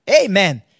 Amen